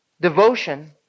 devotion